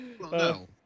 No